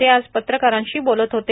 ते आज पत्रकारांशी बोलत होते